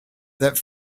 that